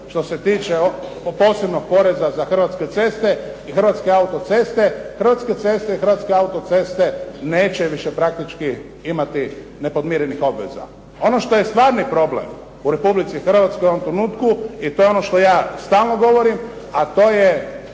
što se tiče posebnog poreza za "Hrvatske ceste" i "Hrvatske autoceste", "Hrvatske ceste" i "Hrvatske autoceste" neće više praktički imati nepodmirenih obveza. Ono što je stvarni problem u Republici Hrvatskoj u ovom trenutku i to je ono što ja stalno govorim, a to je